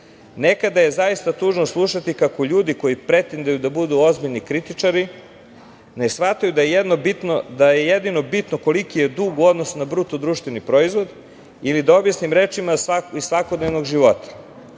je zaista tužno slušati kako ljudi koji pretenduju da budu ozbiljni kritičari ne shvataju da je jedino bitno koliki je dug u odnosu na BDP, ili da objasnim rečima iz svakodnevnog života